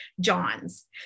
johns